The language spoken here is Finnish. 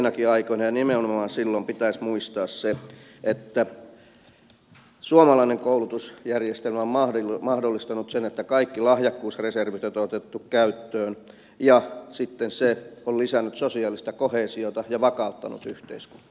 vaikeinakin aikoina ja nimenomaan silloin pitäisi muistaa se että suomalainen koulutusjärjestelmä on mahdollistanut sen että kaikki lahjakkuusreservit on otettu käyttöön ja sitten se on lisännyt sosiaalista koheesiota ja vakauttanut yhteiskuntaa